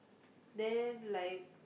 then like